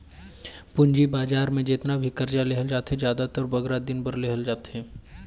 पूंजी बजार में जेतना भी करजा लेहल जाथे, जादातर बगरा दिन बर लेहल जाथे